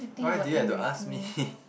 why do you have to ask me